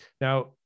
now